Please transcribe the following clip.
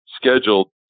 scheduled